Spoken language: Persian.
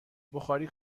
بخاری